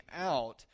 out